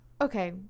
okay